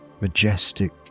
majestic